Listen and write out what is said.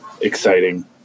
exciting